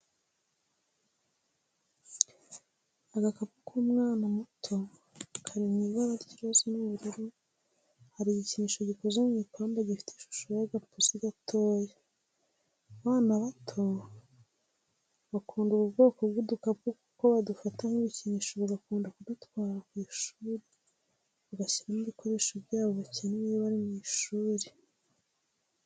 Agakapu k'umwana muto kari mu ibara ry'iroza n'ubururu hari igikinisho gikoze mu ipamba gifite ishusho y'agapusi gatoya, abana bato bakunda ubu kwoko bw'udukapu kuko badufata nk'ibikinisho bagakunda kudutwara ku ishuri bagashyiramo ibikoresho byabo bakenera iyo bari ku ishuri.